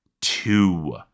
two